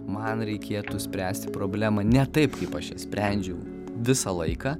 man reikėtų spręsti problemą ne taip kaip aš ją sprendžiau visą laiką